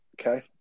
Okay